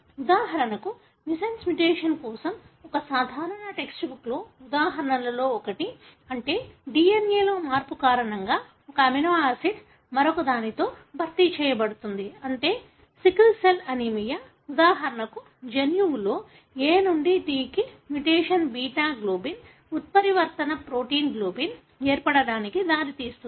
ఉదాహరణకు missense mutation కోసం ఒక సాధారణ టెక్స్ట్ బుక్ ఉదాహరణలలో ఒకటి అంటే DNA లో మార్పు కారణంగా ఒక అమినోఆసిడ్ మరొకదానితో భర్తీ చేయబడుతుంది అంటే సికిల్ సెల్ అనీమియా ఉదాహరణకు జన్యువులో A నుండి T కి మ్యుటేషన్ బీటా గ్లోబిన్ ఉత్పరివర్తన ప్రోటీన్ గ్లోబిన్ ఏర్పడటానికి దారితీస్తుంది